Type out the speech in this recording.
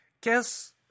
guess